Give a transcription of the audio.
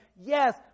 yes